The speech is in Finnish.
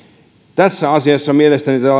tässä asiassa mielestäni